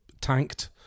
tanked